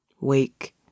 Wake